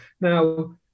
Now